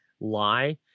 lie